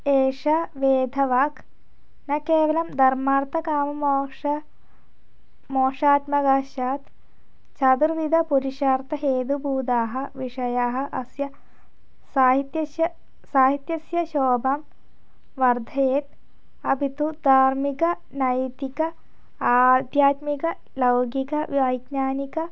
एषा वेदवाक् न केवलं धर्मार्थकाममोक्षमोक्षात्मकं स्यात् चतुर्विधपुरुषार्थहेतुभूताः विषयाः अस्य साहित्यस्य साहित्यस्य शोभां वर्धयेत् अपि तु धार्मिकनैतिक आध्यात्मिकलौकिकवैज्ञानिक